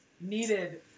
needed